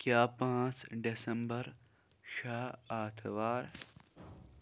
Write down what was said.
کیاہ پانٛژھ دَسمبر چھا آتھوار ؟